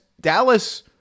Dallas